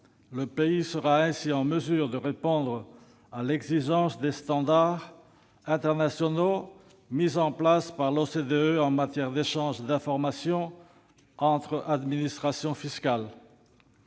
ce pays sera ainsi en mesure de répondre aux exigences des standards internationaux mis en place par l'OCDE en matière d'échange d'informations entre administrations fiscales.